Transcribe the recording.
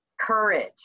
courage